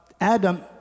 Adam